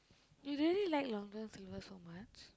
you really like Long-John-Silver so much